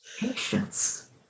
Patience